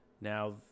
Now